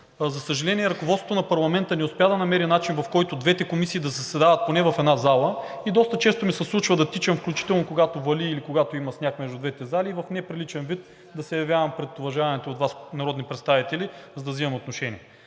За съжаление, ръководството на парламента не успя да намери начин двете комисии да заседават поне в една зала. Доста често ми се случва да тичам, включително когато вали или когато има сняг, между двете зали и в неприличен вид да се явявам пред уважаваните от Вас народни представители, за да вземам отношение.